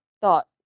thought